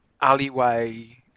alleyway